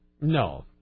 No